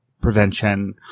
prevention